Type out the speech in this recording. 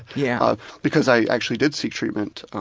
yeah because i actually did seek treatment.